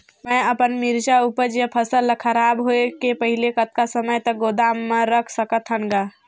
मैं अपन मिरचा ऊपज या फसल ला खराब होय के पहेली कतका समय तक गोदाम म रख सकथ हान ग?